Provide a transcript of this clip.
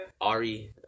Ari